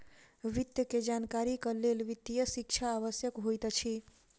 वित्त के जानकारीक लेल वित्तीय शिक्षा आवश्यक होइत अछि